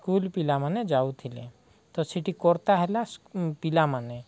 school ପିଲାମାନେ ଯାଉଥିଲେ ତ ସେଠି କର୍ତ୍ତା ହେଲା ପିଲାମାନେ